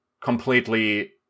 completely